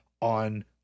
on